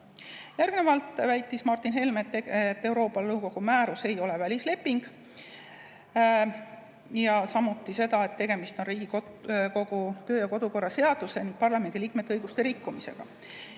Järgnevalt väitis Martin Helme, et Euroopa Nõukogu määrus ei ole välisleping, ja samuti seda, et tegemist on Riigikogu kodu‑ ja töökorra seaduse ning parlamendi liikmete õiguste rikkumisega.